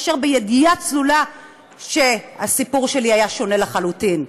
בידיעה צלולה שהסיפור שלי היה שונה לחלוטין.